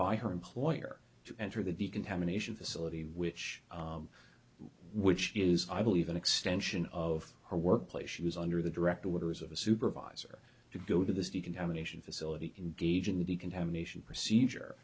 by her employer to enter the decontamination facility which which is i believe an extension of her workplace she was under the direct orders of a supervisor to go to this decontamination facility engaging in decontamination procedure